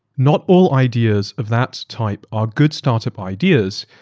not all ideas of that type are good startup ideas,